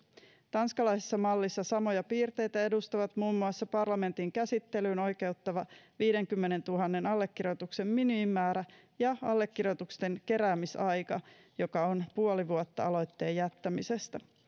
tanskalaisessa mallissa samoja piirteitä edustavat muun muassa parlamentin käsittelyyn oikeuttava viidenkymmenentuhannen allekirjoituksen minimimäärä ja allekirjoitusten keräämisaika joka on puoli vuotta aloitteen jättämisestä